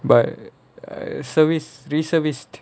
but err service reservist